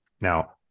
Now